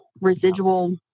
residual